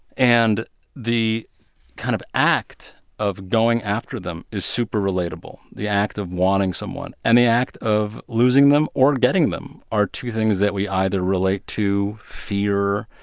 and the kind of act of going after them is super relatable. the act of wanting someone and the act of losing them or getting them are two things that we either relate to, fear,